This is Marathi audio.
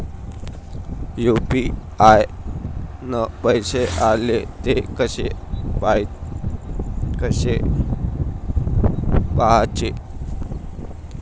यू.पी.आय न पैसे आले, थे कसे पाहाचे?